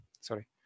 sorry